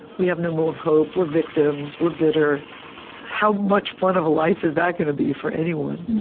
we have no more hope. we're victims. we're bitter how much fun of a life is that going to be for anyone,